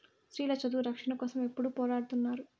స్త్రీల చదువు రక్షణ కోసం ఎప్పుడూ పోరాడుతున్నారు